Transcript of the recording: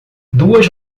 duas